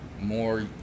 more